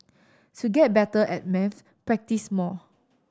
to get better at maths practise more